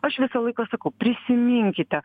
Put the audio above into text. aš visą laiką sakau prisiminkite